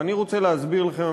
ואני רוצה להסביר לכם,